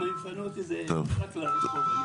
אם יפנו אותי זה רק לרחוב,